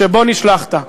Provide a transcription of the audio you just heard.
שבו נשלחת?